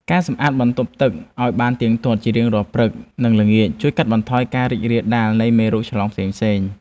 ការសម្អាតបន្ទប់ទឹកឱ្យបានទៀងទាត់ជារៀងរាល់ព្រឹក និងល្ងាចជួយកាត់បន្ថយការរីករាលដាលនៃមេរោគឆ្លងផ្សេងៗ។